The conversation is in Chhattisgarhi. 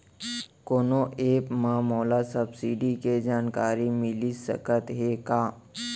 कोनो एप मा मोला सब्सिडी के जानकारी मिलिस सकत हे का?